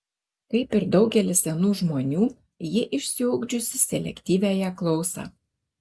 kaip ir daugelis senų žmonių ji išsiugdžiusi selektyviąją klausą